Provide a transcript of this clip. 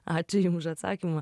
ačiū jum už atsakymą